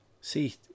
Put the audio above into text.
See